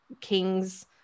King's